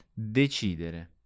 Decidere